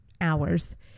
hours